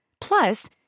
Plus